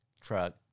truck